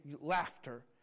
Laughter